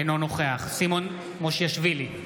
אינו נוכח סימון מושיאשוילי,